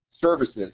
Services